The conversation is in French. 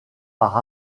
par